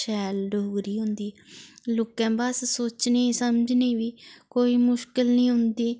शैल डोगरी होंदी लोकें बस सोचने समझने बी कोई मुश्कल नी औंदी